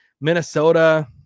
Minnesota